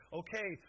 okay